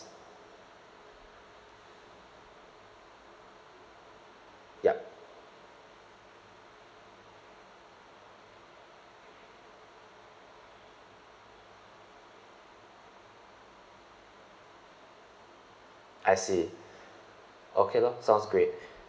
yup I see okay lor sounds great